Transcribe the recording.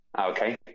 Okay